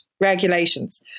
regulations